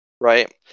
right